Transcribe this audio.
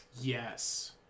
Yes